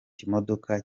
kimodoka